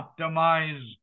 optimize